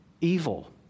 evil